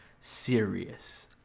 serious